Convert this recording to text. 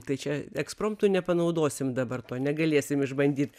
tai čia ekspromtu nepanaudosim dabar to negalėsim išbandyt